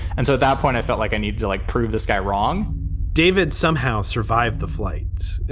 and so at that point, i felt like i need to, like, prove this guy wrong david somehow survived the flight.